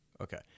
Okay